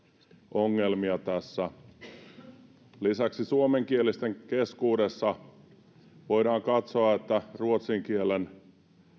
ongelmia tässä lisäksi suomenkielisten keskuudessa voidaan katsoa että ruotsin kielen